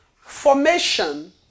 Formation